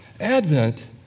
Advent